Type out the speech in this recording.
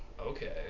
okay